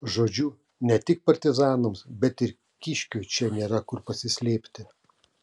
žodžiu ne tik partizanams bet ir kiškiui čia nėra kur pasislėpti